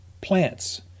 plants